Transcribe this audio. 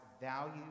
value